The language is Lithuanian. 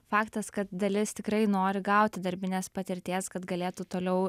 faktas kad dalis tikrai nori gauti darbinės patirties kad galėtų toliau